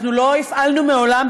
אנחנו לא הפעלנו מעולם,